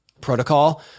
protocol